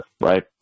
right